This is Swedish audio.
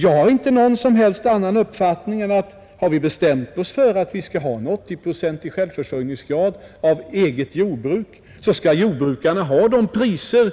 Jag har inte någon som helst annan uppfattning än att har vi bestämt oss för att ha en 80-procentig självförsörjningsgrad av eget jordbruk så skall jordbrukarna ha de priser